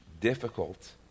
difficult